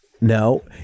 No